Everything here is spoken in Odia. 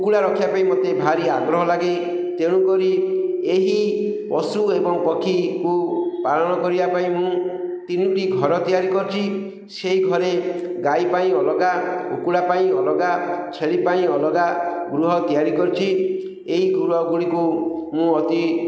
କୁକୁଡ଼ା ରଖିବା ପାଇଁ ମୋତେ ଭାରି ଆଗ୍ରହ ଲାଗେ ତେଣୁ କରି ଏହି ପଶୁ ଏବଂ ପକ୍ଷୀକୁ ପାଳନ କରିବା ପାଇଁ ମୁଁ ତିନୋଟି ଘର ତିଆରି କରିଛି ସେଇ ଘରେ ଗାଈ ପାଇଁ ଅଲଗା କୁକୁଡ଼ା ପାଇଁ ଅଲଗା ଛେଳି ପାଇଁ ଅଲଗା ଗୃହ ତିଆରି କରିଛି ଏହି ଗୃହ ଗୁଡ଼ିକୁ ମୁଁ ଅତି